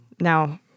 Now